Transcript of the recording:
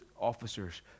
officers